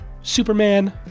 Superman